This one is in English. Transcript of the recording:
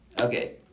Okay